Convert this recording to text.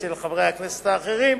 ושל חברי הכנסת האחרים,